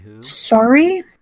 Sorry